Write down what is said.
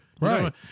Right